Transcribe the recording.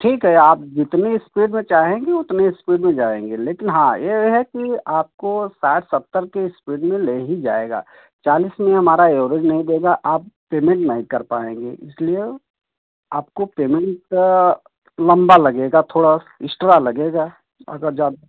ठीक है आप जितनी इस्पिड में चाहेंगी उतने इस्पिड में जाएँगें लेकिन हाँ ये है कि आपको साठ सत्तर की स्पिड में ले ही जाएगा चालीस में हमारा एवरेज नहीं देगा आप पेमेंट नहीं कर पाएँगें इसलिए आपको पेमेंट लंबा लगेगा थोड़ा इस्ट्रा लगेगा अगर जाना